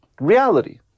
reality